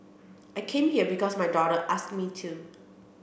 I came here because my daughter asked me to